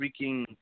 freaking